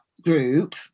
group